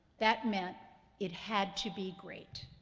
that meant it had to be great.